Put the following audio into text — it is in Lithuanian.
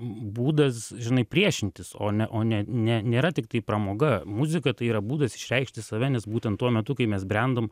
būdas žinai priešintis o ne o ne ne nėra tiktai pramoga muzika tai yra būdas išreikšti save nes būtent tuo metu kai mes brendom